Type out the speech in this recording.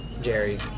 Jerry